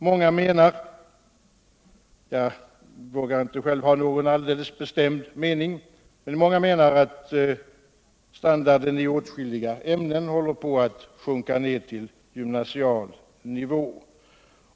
Många menar — jag vågar inte själv ha en alldeles bestämd mening — att standarden i åtskilliga ämnen håller på att sjunka ned till gymnasial nivå.